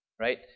Right